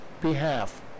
behalf